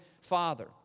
Father